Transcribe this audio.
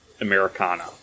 Americana